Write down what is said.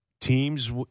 teams